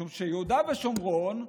משום שיהודה ושומרון,